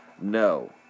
no